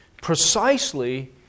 Precisely